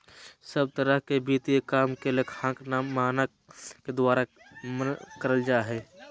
सब तरह के वित्तीय काम के लेखांकन मानक के द्वारा करल जा हय